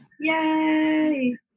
Yay